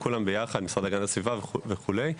המשרד להגנת הסביבה וכולי.